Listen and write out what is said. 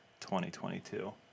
2022